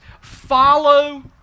follow